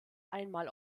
einmal